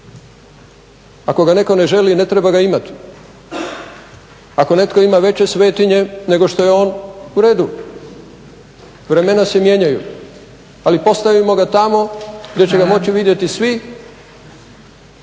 Ako ga netko ne želi, ne treba ga imati. Ako netko ima veće svetinje nego što je on, u redu, vremena se mijenjaju, ali postavimo ga tamo gdje će da moći vidjeti svi,